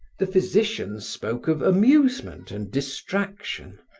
the physicians spoke of amusement and distraction.